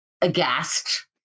aghast